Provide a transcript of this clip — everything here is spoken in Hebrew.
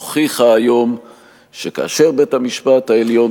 הוכיחה היום שכאשר בית-המשפט העליון